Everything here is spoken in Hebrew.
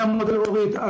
אורית,